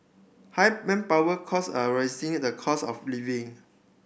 high manpower cost are rising in the cost of living